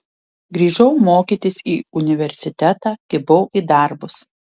grįžau mokytis į universitetą kibau į darbus